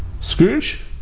Scrooge